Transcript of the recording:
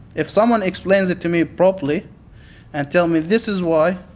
if someone explains it to me properly and tell me this is why,